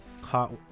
hot